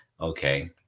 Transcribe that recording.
okay